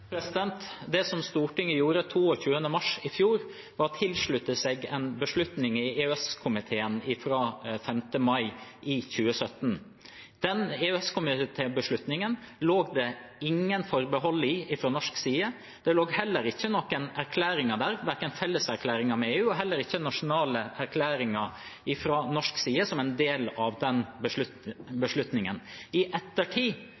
gjorde 22. mars i fjor, var å tilslutte seg en beslutning i EØS-komiteen fra 5. mai 2017. Den EØS-komitébeslutningen var det ingen forbehold til fra norsk side. Det lå heller ingen erklæringer der, verken felleserklæringer med EU eller nasjonale erklæringer fra norsk side, som en del av den beslutningen. I ettertid